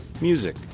music